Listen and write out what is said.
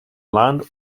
land